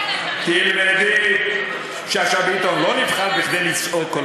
תלמד גם אתה, לפני שאתה, תלמדי.